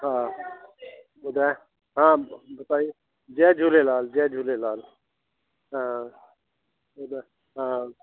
हा ॿुधाइ हा ॿुतायो जय झूलेलाल जय झूलेलाल हा ॿुधाइ हा